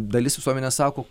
dalis visuomenės sako